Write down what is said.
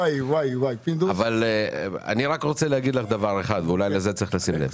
אני רק רוצה להגיד לך פזית דבר אחד ואולי לזה צריך לשים לב.